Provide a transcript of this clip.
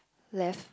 left